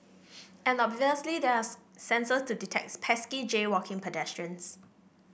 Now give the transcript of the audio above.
and obviously there are sensors to detect pesky jaywalking pedestrians